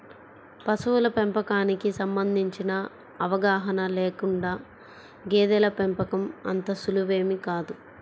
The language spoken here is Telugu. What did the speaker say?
పశువుల పెంపకానికి సంబంధించిన అవగాహన లేకుండా గేదెల పెంపకం అంత సులువేమీ కాదు